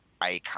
Icon